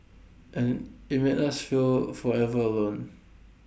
and IT made us feel forever alone